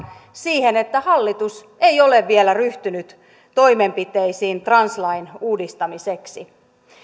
siihen että hallitus ei ole vielä ryhtynyt toimenpiteisiin translain uudistamiseksi